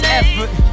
effort